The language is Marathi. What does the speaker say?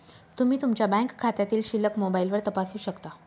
तुम्ही तुमच्या बँक खात्यातील शिल्लक मोबाईलवर तपासू शकता